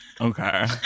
Okay